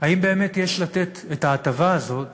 האם יש באמת לתת את ההטבה הזאת